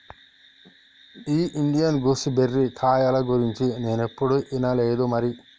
ఈ Indian gooseberry కాయల గురించి నేనేప్పుడు ఇనలేదు మరి